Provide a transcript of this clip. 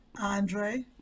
Andre